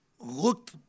looked